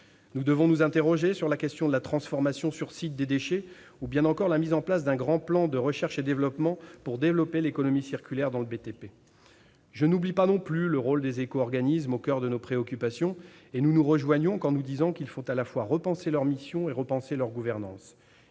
Nous devons nous interroger sur la question de la transformation sur site des déchets ou bien encore sur le lancement d'un grand plan de recherche et développement pour l'économie circulaire dans le BTP. Je n'oublie pas non plus le rôle des éco-organismes, au coeur de nos préoccupations, et nous nous rejoignons quand nous disons qu'il faut à la fois repenser leurs missions et leur gouvernance.